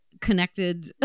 connected